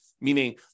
meaning